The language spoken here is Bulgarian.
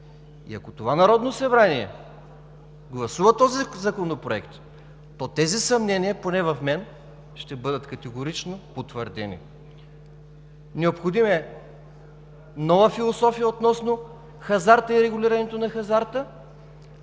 И ако това Народно събрание гласува този законопроект, то тези съмнения, поне в мен, ще бъдат категорично утвърдени. Необходима е нова философия относно хазарта и регулирането на хазарта,